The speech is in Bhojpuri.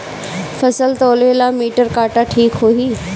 फसल तौले ला मिटर काटा ठिक होही?